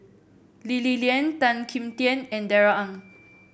Lee Li Lian Tan Kim Tian and Darrell Ang